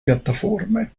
piattaforme